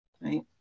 Right